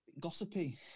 gossipy